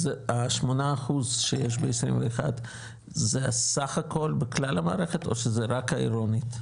ה-8% שיש ב-2021 זה הסך הכל בכלל המערכת או שזה רק העירונית?